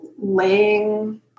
laying